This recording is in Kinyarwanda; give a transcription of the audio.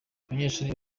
abanyeshuri